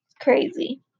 crazy